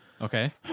okay